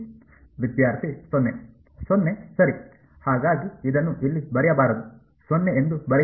ವಿದ್ಯಾರ್ಥಿ ಸೊನ್ನೆ ಸೊನ್ನೆ ಸರಿ ಹಾಗಾಗಿ ಇದನ್ನು ಇಲ್ಲಿ ಬರೆಯಬಾರದು ಸೊನ್ನೆ ಎಂದು ಬರೆಯಿರಿ